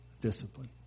discipline